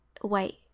white